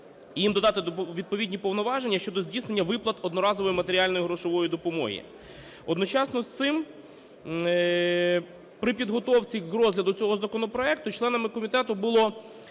їм додати відповідні повноваження щодо здійснення виплат одноразової матеріальної грошової допомоги. одночасно з цим при підготовці до розгляду цього законопроекту членами комітету було